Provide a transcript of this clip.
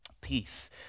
peace